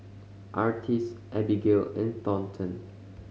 Artis Abigale and Thornton